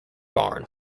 barn